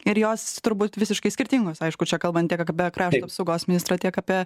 ir jos turbūt visiškai skirtingos aišku čia kalbant tiek apie krašto apsaugos ministrą tiek apie